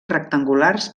rectangulars